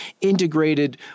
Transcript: integrated